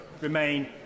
remain